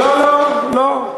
לא, לא.